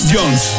Jones